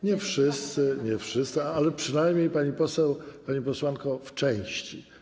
Nie wszyscy, nie wszyscy, ale przynajmniej, pani poseł, pani posłanko, w części.